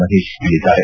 ಮಹೇಶ್ ಹೇಳಿದ್ದಾರೆ